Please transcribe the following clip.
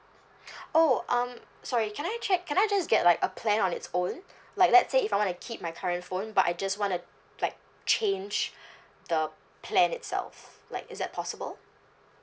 oh um sorry can I check can I just get like a plan on its own like let's say if I want to keep my current phone but I just want to like change the plan itself like is that possible